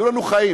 היו לנו חיים,